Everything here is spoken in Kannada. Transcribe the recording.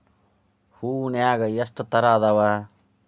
ಹೂನ್ಯಾಗ ಎಷ್ಟ ತರಾ ಅದಾವ್?